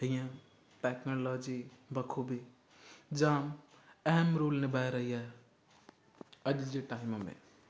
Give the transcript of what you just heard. हीअं टेक्नोलॉजी बख़ूबी जाम अहम रोल निभाए रही आहे अॼु जे टाइम में